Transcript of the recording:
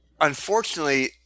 unfortunately